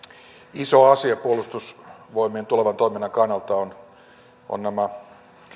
iso asia puolustusvoimien tulevan toiminnan kannalta ovat nämä